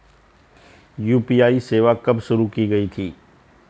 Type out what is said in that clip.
UPI सेवा कब शुरू की गई थी?